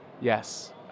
Yes